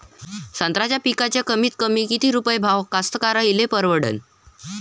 संत्र्याचा पिकाचा कमीतकमी किती रुपये भाव कास्तकाराइले परवडन?